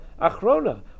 achrona